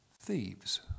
thieves